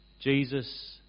Jesus